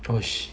oh shi~